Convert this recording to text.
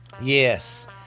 Yes